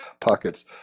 pockets